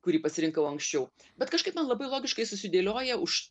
kurį pasirinkau anksčiau bet kažkaip man labai logiškai susidėlioja už